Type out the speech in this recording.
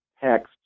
text